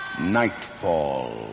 Nightfall